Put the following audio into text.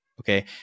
Okay